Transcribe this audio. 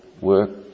work